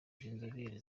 inzobere